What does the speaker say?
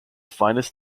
finest